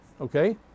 Okay